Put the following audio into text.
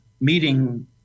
meeting